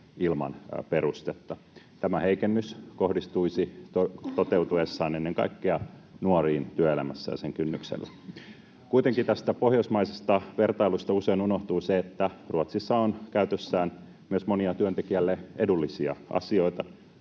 ilman perustetta. Tämä heikennys kohdistuisi toteutuessaan ennen kaikkea nuoriin työelämässä ja sen kynnyksellä. Kuitenkin tästä pohjoismaisesta vertailusta usein unohtuu se, että Ruotsissa on käytössä myös monia työntekijälle edullisia asioita,